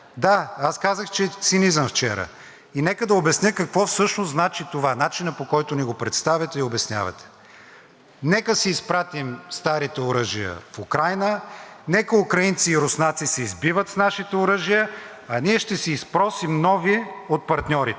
Нека си изпратим старите оръжия в Украйна, нека украинци и руснаци се избиват с нашите оръжия, а ние ще си изпросим нови от партньорите. Както се казва, практично – с едни куршум два заека. Не само че е цинично, а е отвратително.